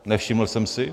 Nevšiml jsem si.